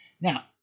Now